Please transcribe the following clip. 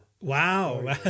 wow